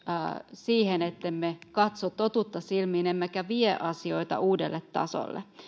siihen ettemme katso totuutta silmiin emmekä vie asioita uudelle tasolle